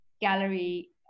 gallery